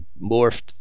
morphed